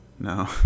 No